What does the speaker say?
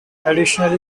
additionally